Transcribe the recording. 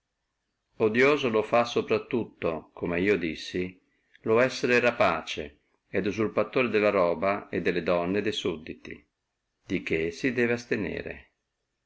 odioso lo fa sopra tutto come io dissi lo essere rapace et usurpatore della roba e delle donne de sudditi di che si debbe astenere